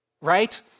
right